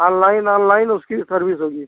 online online उसकी service होगी